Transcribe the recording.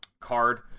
card